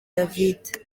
david